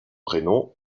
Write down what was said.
prénom